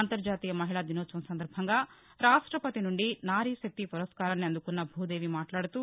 అంతర్జాతీయ మహిళా దినోత్సవం సందర్భంగా రాష్టపతి నుండి నారీశక్తి పురస్కారాన్ని అందుకున్న భూదేవి మాట్లాదుతూ